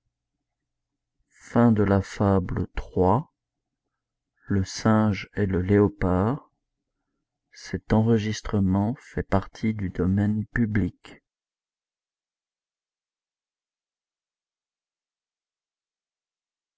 le singe et le léopard